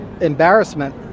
embarrassment